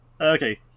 Okay